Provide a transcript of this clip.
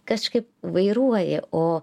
kažkaip vairuoji o